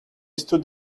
stood